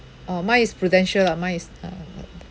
uh mine is Prudential lah mine is